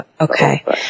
Okay